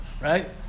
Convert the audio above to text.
right